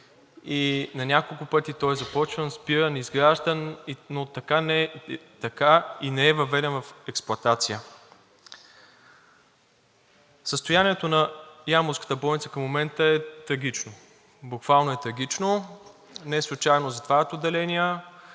и на няколко пъти той е започван, спиран, изграждан, но така и не е въведен в експлоатация. Състоянието на ямболската болница към момента е трагично, буквално е трагично. Неслучайно се затварят отделения,